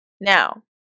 Now